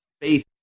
faith